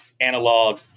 analog